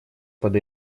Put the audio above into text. под